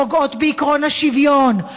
פוגעות בעקרון השוויון,